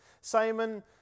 Simon